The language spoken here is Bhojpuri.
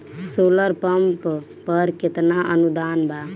सोलर पंप पर केतना अनुदान बा?